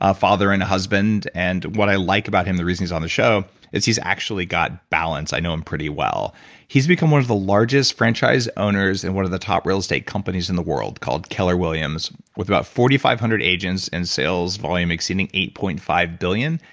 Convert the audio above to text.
ah father and a husband and what i like about him, the reason he's on the show as he's actually got balance, i know him pretty well he's become one of the largest franchise owners in one of the top real estate companies in the world called keller williams with about four thousand five hundred agents and sales volume exceeding eight point five billion,